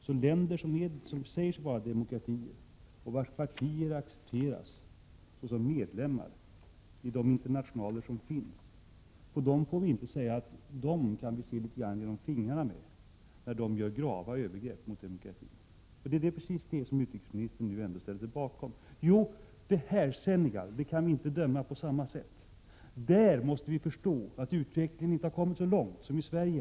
Men när länder som säger sig vara demokratier, och vilkas partier accepteras som medlemmar i de internationaler som finns, gör sig skyldiga till grava övergrepp mot demokratin, får vi inte se detta litet grand genom fingrarna — en attityd som utrikesministern nu ställer sig bakom: Senegal kan vi inte döma på samma sätt. Vi måste förstå att utvecklingen där inte har kommit lika långt som i Sverige.